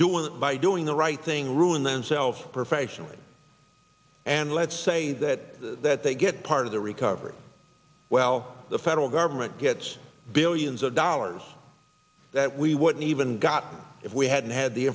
do it by doing the right thing ruin themselves professionally and let's say that that they get part of the recovery well the federal government gets billions of dollars that we wouldn't even got if we hadn't had the